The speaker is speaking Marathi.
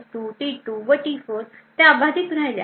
S2 T2 व T4 त्या अबाधित राहिल्या